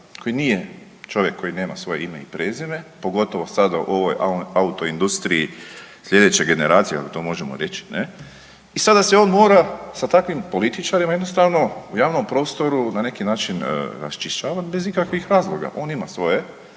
koji nije čovjek koji nema svoje ime i prezime, pogotovo sada u ovoj autoindustriji sljedeće generacije, ako to možemo reći, ne, i sada se on mora sa takvim političarima jednostavno u javnom prostoru na neki način raščišćavati bez ikakvih razloga. On ima svoje,